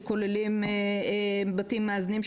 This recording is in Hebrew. שכוללים בתים מאזנים,